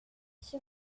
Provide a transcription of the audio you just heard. she